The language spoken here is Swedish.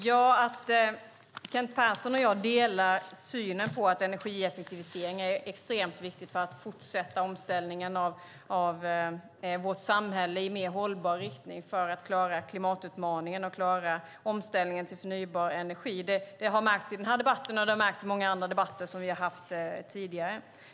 Herr talman! Kent Persson och jag delar synen på att energieffektivisering är extremt viktigt för att fortsätta omställningen av vårt samhälle i mer hållbar riktning för att klara klimatutmaningen och omställningen till förnybar energi. Det har märkts i denna debatt, och det har märkts i många andra debatter som vi har haft tidigare.